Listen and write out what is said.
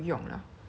she